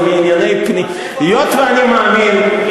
היות שאני מאמין,